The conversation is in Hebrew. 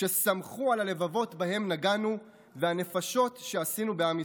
ששמחו על הלבבות שבהם נגענו והנפשות שעשינו בעם ישראל.